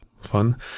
fun